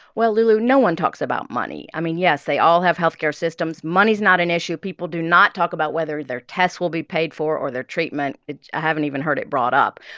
well, lulu, no one talks about money. i mean, yes, they all have health care systems. money's not an issue. people do not talk about whether their tests will be paid for or their treatment. i haven't even heard it brought up.